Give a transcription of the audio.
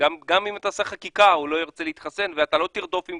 גם אם תעשה חקיקה הוא לא ירצה להתחסן ואתה לא תרדוף עם